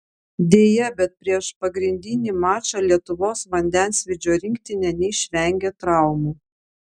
deja bet prieš pagrindinį mačą lietuvos vandensvydžio rinktinė neišvengė traumų